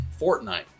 Fortnite